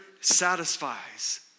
satisfies